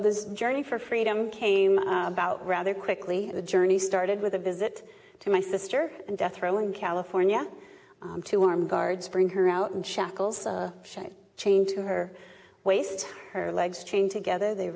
this journey for freedom came about rather quickly the journey started with a visit to my sister and death row in california to armed guards bring her out in shackles shaved chained to her waist her legs chained together they